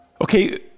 Okay